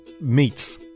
meats